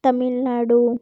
Tamil Nadu